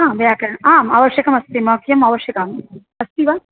आम् व्याकरणम् आम् आवश्यकमस्ति मह्यम् आवश्यकम् अस्ति वा